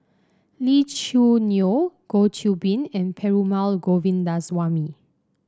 Lee Choo Neo Goh Qiu Bin and Perumal Govindaswamy